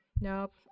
Nope